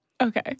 Okay